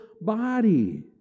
body